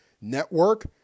Network